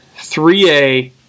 3A